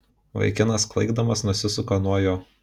vaikinas klaikdamas nusisuka nuo jo